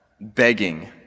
begging